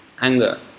anger